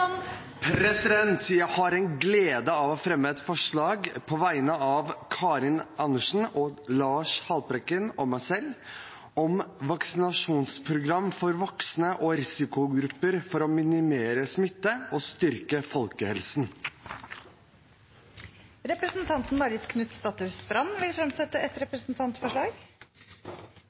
Jeg har den glede å fremme et forslag på vegne av Karin Andersen, Lars Haltbrekken og meg selv om vaksinasjonsprogram for voksne og risikogrupper for å minimere smitte og styrke folkehelsen. Representanten Marit Knutsdatter Strand vil fremsette et representantforslag.